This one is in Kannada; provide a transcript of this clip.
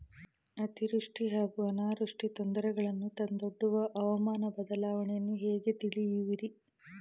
ಅತಿವೃಷ್ಟಿ ಹಾಗೂ ಅನಾವೃಷ್ಟಿ ತೊಂದರೆಗಳನ್ನು ತಂದೊಡ್ಡುವ ಹವಾಮಾನ ಬದಲಾವಣೆಯನ್ನು ಹೇಗೆ ತಿಳಿಯುವಿರಿ?